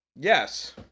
yes